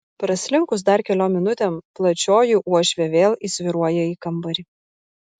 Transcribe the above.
praslinkus dar keliom minutėm plačioji uošvė vėl įsvyruoja į kambarį